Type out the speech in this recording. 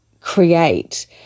create